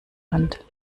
hand